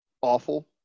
awful